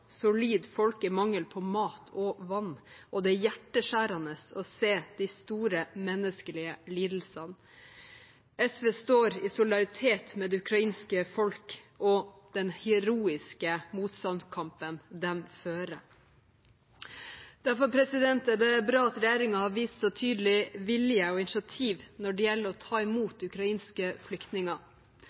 folk i mangel på mat og vann. Det er hjerteskjærende å se de store menneskelige lidelsene. SV står i solidaritet med det ukrainske folk og den heroiske motstandskampen de fører. Derfor er det bra at regjeringen har vist så tydelig vilje og initiativ når det gjelder å ta imot ukrainske flyktninger.